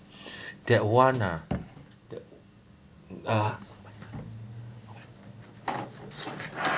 that one uh ah